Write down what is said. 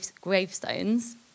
gravestones